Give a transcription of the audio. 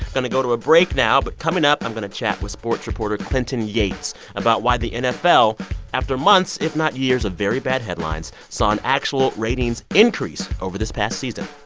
going to go to a break now. but coming up, i'm going to chat with sports reporter clinton yates about why the nfl after months, if not years, of very bad headlines saw an actual ratings increase over this past season.